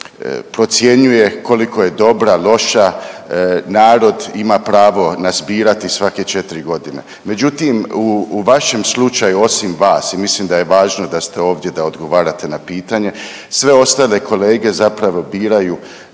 se procjenjuje koliko je dobra loša, narod ima pravo nas birati svake 4 godine. Međutim, u vašem slučaju osim vas ja mislim da je važno da ste ovdje da odgovarate na pitanje, sve ostale kolege zapravo biraju,